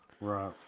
Right